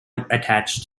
attached